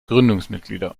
gründungsmitglieder